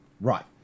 Right